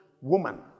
woman